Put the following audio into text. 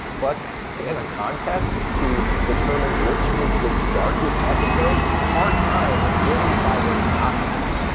but in a contest to determine which is the darkest episode, hard time wins by a knockout.